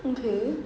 okay